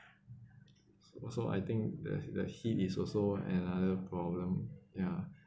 also I think the the heat is also another problem ya